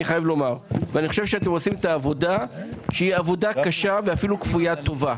אני חושב שאתם עושים את העבודה שהיא עבודה קשה ואפילו כפוית טובה.